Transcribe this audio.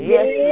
Yes